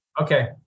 Okay